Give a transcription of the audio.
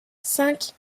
cinq